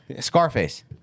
Scarface